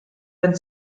wenn